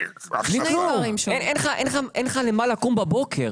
אין לך למה לקום בבוקר.